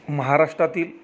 महाराष्ट्रातील